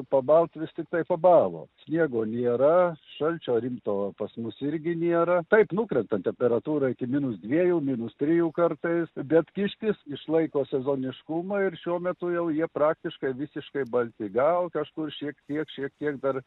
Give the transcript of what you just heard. pabalt vis tiktai pabalo sniego nėra šalčio rimto pas mus irgi nėra taip nukrenta temperatūra iki minus dviejų minus trijų kartais bet kiškis išlaiko sezoniškumą ir šiuo metu jau jie praktiškai visiškai balti gal kažkur šiek tiek šiek tiek dar